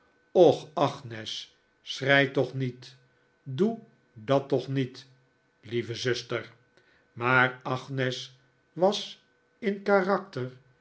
agnes schrei toch niet doe dat toch niet lieve zuster maar agnes was in karakter